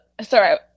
sorry